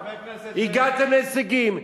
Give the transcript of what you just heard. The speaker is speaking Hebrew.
הגעתם להישגים,